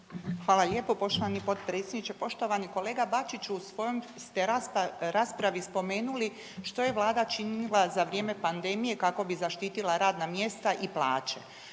Hvala lijepo poštovani potpredsjedniče. Poštovani kolega Bačiću, u svojom ste raspravi spomenuli što je vlada činila za vrijeme panedmije kako bi zaštitila radna mjesta i plaće.